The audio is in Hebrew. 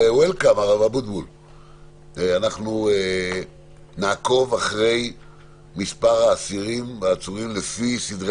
אנחנו נעקוב אחרי מספר האסירים והעצורים לפי סדרי